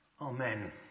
Amen